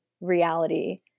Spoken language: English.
reality